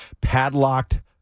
padlocked